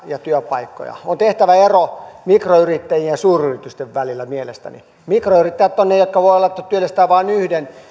ja työpaikkoja on tehtävä ero mikroyrittäjien ja suuryritysten välillä mielestäni mikroyrittäjät voivat olla niitä jotka työllistävät vain yhden